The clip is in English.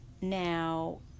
Now